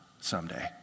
someday